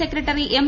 secretary M